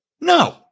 No